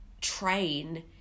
train